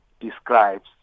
describes